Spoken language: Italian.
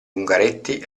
ungaretti